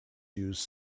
use